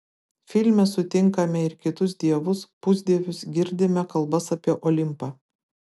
filme sutinkame ir kitus dievus pusdievius girdime kalbas apie olimpą